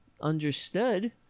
understood